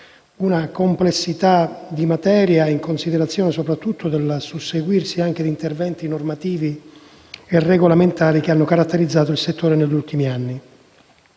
la complessità della materia, in considerazione, soprattutto, del susseguirsi anche di interventi normativi e regolamentari, che hanno caratterizzato il settore negli ultimi anni.